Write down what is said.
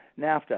NAFTA